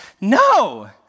no